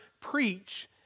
preach